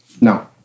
no